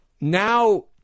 now